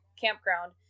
campground